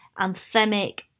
anthemic